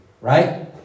Right